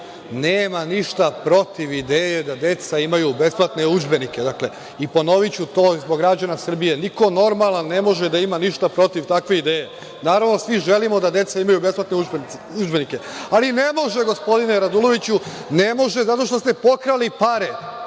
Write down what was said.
nema ništa protiv ideje da deca imaju besplatne udžbenike. Ponoviću to zbog građana Srbije. Niko normalan ne može da ima ništa protiv takve ideje. Naravno da svi želimo da deca imaju besplatne udžbenike. Ali ne može, gospodine Raduloviću, ne može, zato što ste pokrali pare.